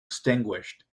extinguished